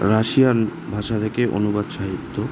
Russian ভাষা থেকে অনুবাদ সাহিত্য